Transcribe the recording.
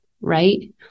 Right